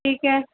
ठीक है